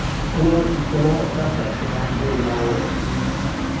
you cannot you cannot oppress us without doing violence to yourselves.